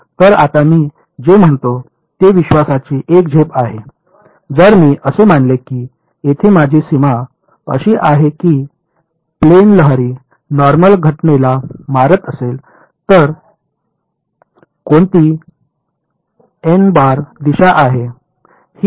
तर आता मी जे म्हणतो ते विश्वासाची एक झेप आहे जर मी असे मानले की येथे माझी सीमा अशी आहे की प्लेन लहरी नॉर्मल घटनेला मारत असेल तर कोणती दिशा आहे